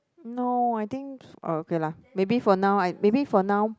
no I think err okay lah maybe for now I maybe for now